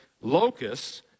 locusts